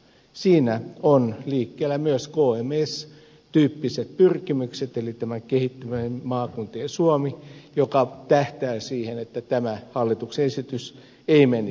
siinä on liikkeellä myös kms tyyppiset pyrkimykset eli kehittyvien maakuntien suomi joka tähtää siihen että tämä hallituksen esitys ei menisi läpi